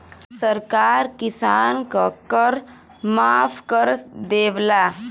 सरकार किसान क कर माफ कर देवला